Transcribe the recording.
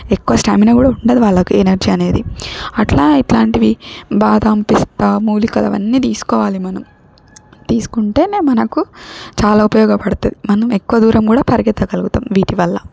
ఎక్కువ స్టామినా కూడా ఉండదు వాళ్ళకు ఎనర్జీ అనేది అట్లా ఇట్లాంటివి బాదాం పిస్తా మూలికలవన్నీ తీసుకోవాలి మనం తీసుకుంటేనే మనకు చాలా ఉపయోగపడతది మనం ఎక్కువ దూరం కూడా పరిగెత్తగలుగుతాం వీటి వల్ల